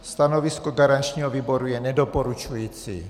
Stanovisko garančního výboru je nedoporučující.